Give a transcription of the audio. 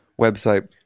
website